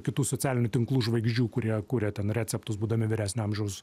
kitų socialinių tinklų žvaigždžių kurie kuria ten receptus būdami vyresnio amžiaus